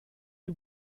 die